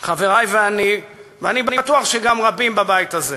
חברי ואני, ואני בטוח שגם רבים בבית הזה,